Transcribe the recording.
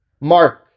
Mark